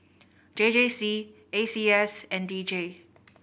J J C A C S and D J